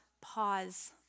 pause